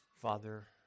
Father